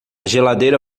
geladeira